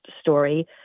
story